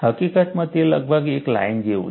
હકીકતમાં તે લગભગ એક લાઇન જેવું છે